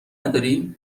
نداری